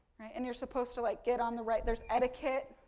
and you're supposed to like get on the right, there's etiquette,